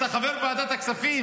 אתה חבר ועדת הכספים